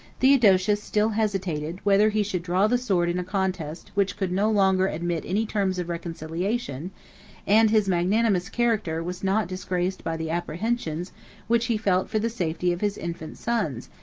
theodosius still hesitated whether he should draw the sword in a contest which could no longer admit any terms of reconciliation and his magnanimous character was not disgraced by the apprehensions which he felt for the safety of his infant sons,